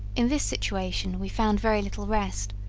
in this situation we found very little rest,